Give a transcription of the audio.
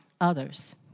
others